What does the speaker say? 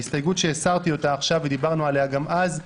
ההסתייגות שהסרתי עכשיו ודיברנו עליה גם אז,